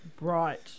Right